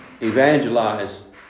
evangelize